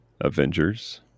Avengers